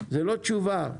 לא תשובה.